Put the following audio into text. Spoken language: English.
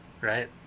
right